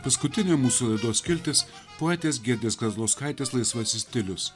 paskutinė mūsų laidos skiltis poetės giedrės kazlauskaitės laisvasis stilius